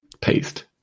paste